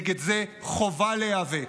נגד זה חובה להיאבק.